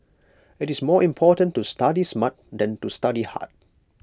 IT is more important to study smart than to study hard